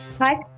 Hi